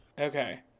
Okay